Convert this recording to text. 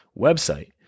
website